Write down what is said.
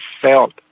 felt